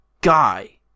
guy